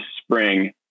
spring